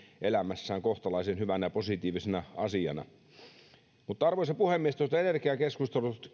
elämässään kohtalaisen hyvänä positiivisena asiana arvoisa puhemies tuosta energiakeskustelusta